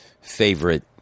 favorite